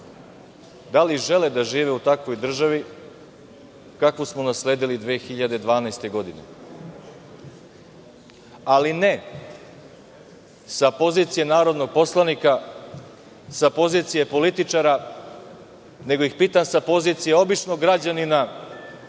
da li žele da žive u takvoj državi, kakvu smo nasledili 2012. godine, ali ne sa pozicije narodnog poslanika, sa pozicije političara, nego sa pozicije običnog građanina,